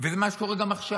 זה מה שקורה גם עכשיו.